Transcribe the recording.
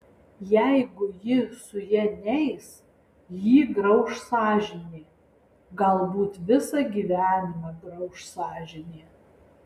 jeigu jis su ja neis jį grauš sąžinė galbūt visą gyvenimą grauš sąžinė